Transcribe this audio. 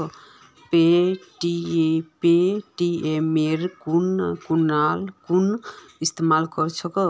पेटीएमेर कुन इस्तमाल छेक